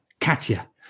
Katya